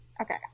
okay